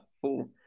full